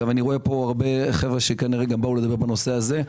יש פה הרבה אנשים שבאו לנושא הזה.